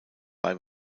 bei